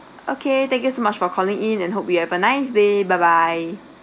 okay thank you so much for calling in and hope you have a nice day bye bye